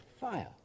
fire